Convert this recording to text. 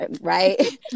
right